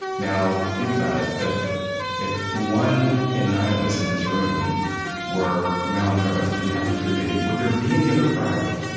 now, think about it. if if one in nine of us in this room were malnourished, didn't have the food they need, would there be any other priority?